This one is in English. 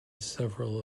several